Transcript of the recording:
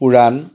পুৰাণ